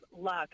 luck